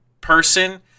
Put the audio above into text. person